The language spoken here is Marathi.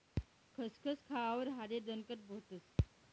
खसखस खावावर हाडे दणकट व्हतस